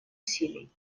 усилий